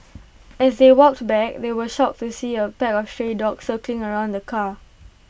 as they walked back they were shocked to see A pack of stray dogs circling around the car